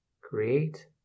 Create